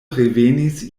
revenis